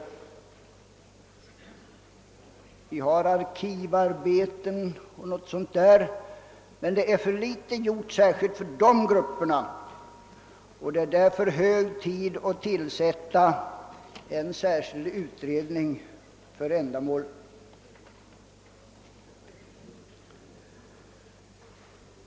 Det finns visserligen arkivarbeten och en del liknande sysselsättningar, men de är för få. Det är därför hög tid att tillsätta en särskild utredning som tar upp detta problem.